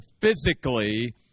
physically